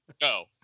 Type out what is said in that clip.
go